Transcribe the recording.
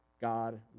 God